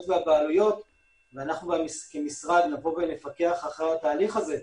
והבעלויות ואנחנו כמשרד נפקח על התהליך הזה,